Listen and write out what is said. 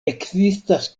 ekzistas